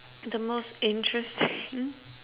the most interesting